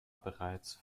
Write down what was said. bereits